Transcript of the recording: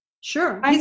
Sure